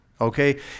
okay